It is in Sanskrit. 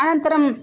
अनन्तरं